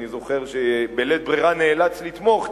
אני זוכר שבלית ברירה נאלץ לתמוך,